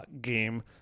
game